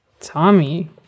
Tommy